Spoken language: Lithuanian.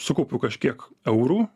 sukaupiu kažkiek eurų